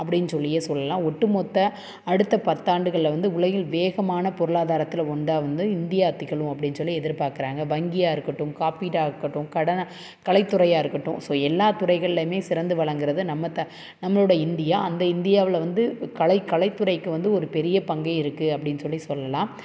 அப்படின்னு சொல்லியே சொல்லலாம் ஒட்டுமொத்த அடுத்த பத்தாண்டுகள்ல வந்து உலகில் வேகமான பொருளாதாரத்தில ஒன்றாக வந்து இந்தியா திகழும் அப்படின்னு சொல்லி எதிர்பார்க்குறாங்க வங்கியாக இருக்கட்டும் காப்பீடாக இருக்கட்டும் கடனாக கலைத்துறையாக இருக்கட்டும் ஸோ எல்லா துறைகள்லையுமே சிறந்து விளங்குறது நம்ம நம்மளோட இந்தியா அந்த இந்தியாவில் வந்து கலை கலைத்துறைக்கு வந்து ஒரு பெரிய பங்கே இருக்குது அப்படின்னு சொல்லி சொல்லலாம்